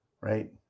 right